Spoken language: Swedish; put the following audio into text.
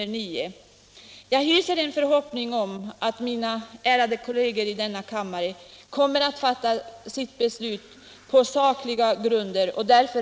Jag hyser i det sammanhanget en förhoppning om att mina ärade kolleger i denna kammare kommer att fatta sitt beslut på sakliga grunder.